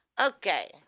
Okay